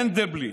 מנדלבליט: